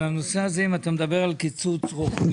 זה סיפור מורכב, זה סיפור טכנולוגי